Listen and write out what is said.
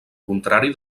contrari